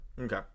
Okay